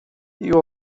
you